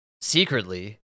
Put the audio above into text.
secretly